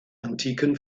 antiken